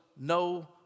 no